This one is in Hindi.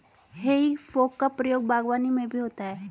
हेइ फोक का प्रयोग बागवानी में भी होता है